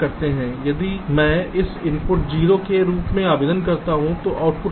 इसलिए यदि मैं इस इनपुट पर 0 के रूप में आवेदन करता हूं तो आउटपुट क्या होगा